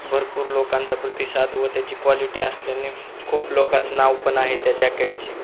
भरपूर लोकांचा प्रतिसाद व त्याची क्वालिटी असल्याने खूप लोकांत नावपण आहे त्या जॅकेटची